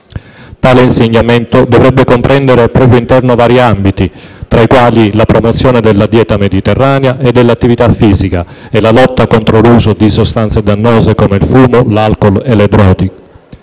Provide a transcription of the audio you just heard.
Tale insegnamento dovrebbe comprendere al proprio interno vari ambiti, tra i quali la promozione della dieta mediterranea e dell'attività fisica e la lotta contro l'uso di sostanze dannose come il fumo, l'alcol e le droghe,